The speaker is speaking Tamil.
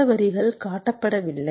சில வரிகள் காட்டப்படவில்லை